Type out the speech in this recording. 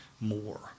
more